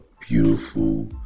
beautiful